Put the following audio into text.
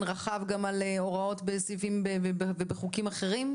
רחב גם על הוראות בסעיפים ובחוקים אחרים?